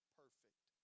perfect